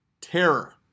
terror